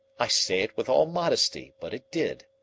i say it with all modesty, but it did.